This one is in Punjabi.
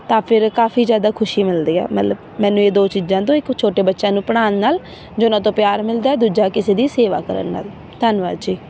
ਤਾਂ ਫਿਰ ਕਾਫੀ ਜ਼ਿਆਦਾ ਖੁਸ਼ੀ ਮਿਲਦੀ ਹੈ ਮਤਲਬ ਮੈਨੂੰ ਇਹ ਦੋ ਚੀਜ਼ਾਂ ਤੋਂ ਇੱਕ ਉਹ ਛੋਟੇ ਬੱਚਿਆਂ ਨੂੰ ਪੜ੍ਹਾਉਣ ਨਾਲ ਜੋ ਉਹਨਾਂ ਤੋਂ ਪਿਆਰ ਮਿਲਦਾ ਹੈ ਦੂਜਾ ਕਿਸੇ ਦੀ ਸੇਵਾ ਕਰਨ ਨਾਲ ਧੰਨਵਾਦ ਜੀ